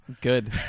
Good